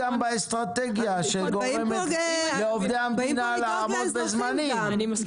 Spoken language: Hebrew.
באגף אסטרטגיה גורמת לעובדי המדינה לעמוד בזמנים,